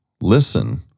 Listen